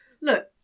Look